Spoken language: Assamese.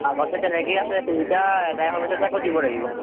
আগতে তেনেকেই আছে সেইকেইটা আদায় হোৱাৰ পাছতহে আকৌ দিব লাগিব